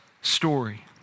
story